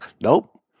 Nope